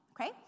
okay